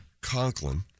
Conklin